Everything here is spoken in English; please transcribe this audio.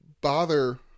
bother